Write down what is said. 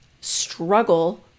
struggle